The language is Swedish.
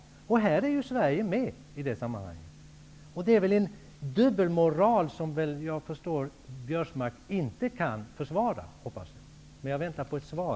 I detta sammanhang är Sverige med i bilden. Det är en dubbelmoral som jag förstår att Karl Göran Biörsmark inte kan försvara. Jag väntar också här på ett svar.